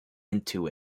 into